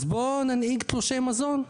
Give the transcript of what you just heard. אז בוא ננהיג תלושי מזון,